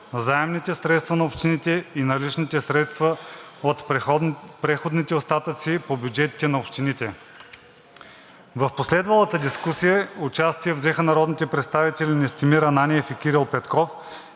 заемните средства на общините и наличните средства от преходните остатъци по бюджетите на общините. В последвалата дискусия участие взеха народните представители Настимир Ананиев и Кирил Петков,